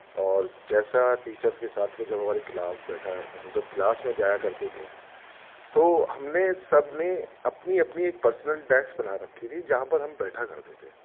اور جیسا ٹیچرس کے ساتھ میں جب ہماری کلاس بیٹھا ہم جب کلاس میں جایا کرتے تھے تو ہم نے سب نے اپنی اپنی پرسنل ڈیسک بنا رکھی تھی جہاں پر ہم بیٹھا کرتے تھے